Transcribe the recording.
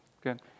good